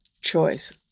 choice